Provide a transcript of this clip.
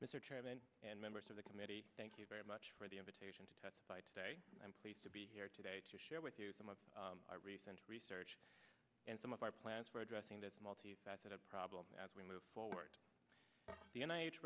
chairman and members of the committee thank you very much for the invitation to testify today i'm pleased to be here today to share with you some of our recent research and some of our plans for addressing this multifaceted problem as we move forward the